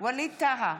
ווליד טאהא,